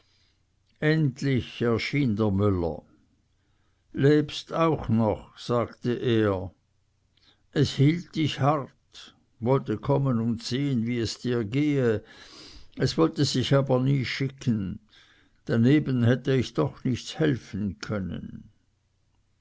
endlich erschien der müller lebst auch noch sagte er es hielt dich hart wollte kommen und sehen wie es dir gehe es wollte sich aber nie schicken daneben hätte ich doch nichts helfen können